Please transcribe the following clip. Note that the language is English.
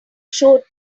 showed